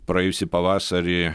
praėjusį pavasarį